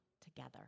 together